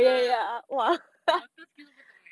ah 我的 third skill 我不懂 eh